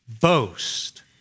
boast